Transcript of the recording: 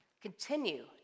continue